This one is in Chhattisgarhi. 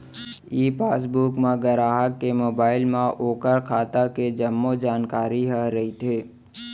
ई पासबुक म गराहक के मोबाइल म ओकर खाता के जम्मो जानकारी ह रइथे